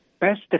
best